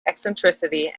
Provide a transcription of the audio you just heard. eccentricity